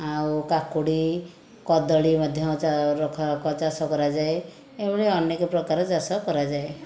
ଆଉ କାକୁଡ଼ି କଦଳୀ ମଧ୍ୟ ରଖ ଚାଷ କରାଯାଏ ଏହିଭଳି ଅନେକ ପ୍ରକାର ଚାଷ କରାଯାଏ